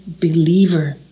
believer